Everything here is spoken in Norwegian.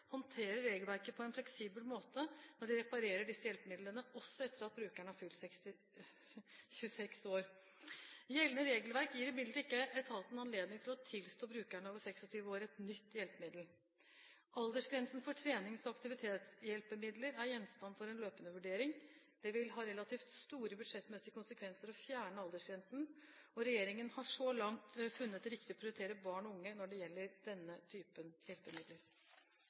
håndterer regelverket på en fleksibel måte når de reparerer disse hjelpemidlene, også etter at brukeren har fylt 26 år. Gjeldende regelverk gir imidlertid ikke etaten anledning til å tilstå brukere over 26 år et nytt hjelpemiddel. Aldersgrensen for trenings- og aktiviseringshjelpemidler er gjenstand for en løpende vurdering. Det vil ha relativt store budsjettmessige konsekvenser å fjerne aldersgrensen, og regjeringen har så langt funnet det riktig å prioritere barn og unge når det gjelder denne typen hjelpemidler.